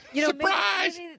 Surprise